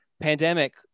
pandemic